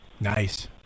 Nice